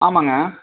ஆமாங்க